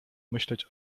myśleć